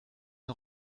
une